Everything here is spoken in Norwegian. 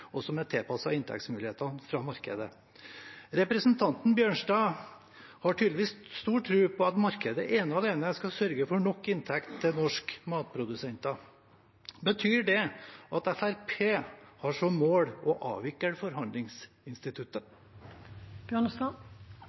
og som er tilpasset inntektsmulighetene fra markedet. Representanten Bjørnstad har tydeligvis stor tro på at markedet ene og alene skal sørge for nok inntekt til norske matprodusenter. Betyr det at Fremskrittspartiet har som mål å avvikle forhandlingsinstituttet?